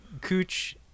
cooch